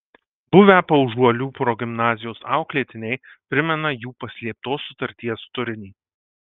buvę paužuolių progimnazijos auklėtiniai primena jų paslėptos sutarties turinį